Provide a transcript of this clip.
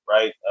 right